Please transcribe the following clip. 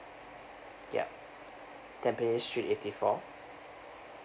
yup tampines street eighty four